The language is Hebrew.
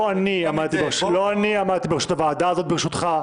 לא אני עמדתי בראשות הוועדה הזאת, ברשותך.